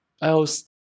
Else